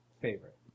Favorite